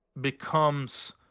becomes